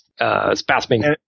spasming